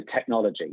technology